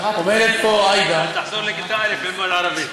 עומדת פה עאידה, תחזור לכיתה א' ללמוד ערבית.